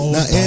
Now